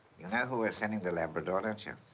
who we're sending to labrador, don't you?